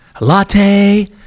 Latte